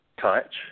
touch